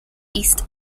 east